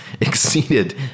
exceeded